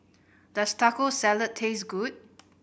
does Taco Salad taste good